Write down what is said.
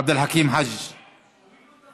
עבד אל חכים חאג' יחיא,